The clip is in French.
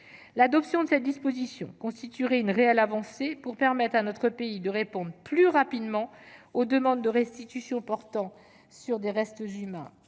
L'adoption de cette disposition constituerait une réelle avancée pour permettre à notre pays de répondre plus rapidement aux demandes de restitution portant sur des restes humains